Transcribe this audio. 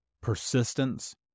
persistence